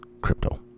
crypto